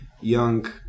young